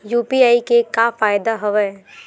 UPI के का फ़ायदा हवय?